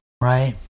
right